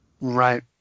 Right